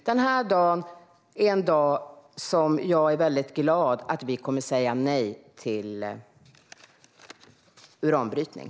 Jag är glad över att vi den här dagen kommer att säga nej till uranbrytning.